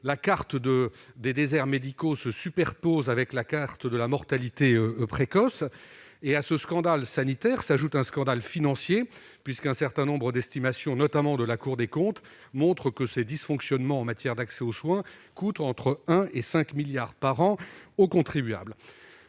la carte des déserts médicaux se superposant à la carte de la mortalité précoce. À ce scandale sanitaire s'ajoute un scandale financier. Certaines estimations, notamment de la Cour des comptes, montrent que les dysfonctionnements en matière d'accès aux soins coûtent entre 1 et 5 milliards d'euros par an au contribuable.